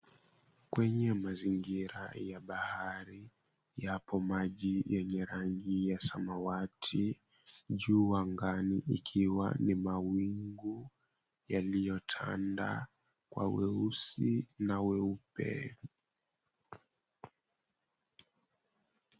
Kwenye mazingira ya bahari yapo maji yenye rangi ya samawati, juu angani ikiwa ni mawingu yaliyotanda kwa weusi na weupe.